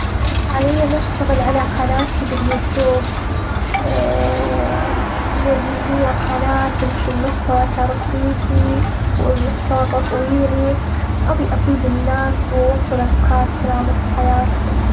حاليًا أشتغل على قناتي باليوتيوب ياللي هي قناة تنشر محتوى ترفيهي، والمحتوى تطويري أبي أفيد الناس، وأوفر أفكار سلامة في حياتهم.